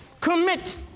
commit